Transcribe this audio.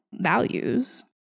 values